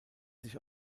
sich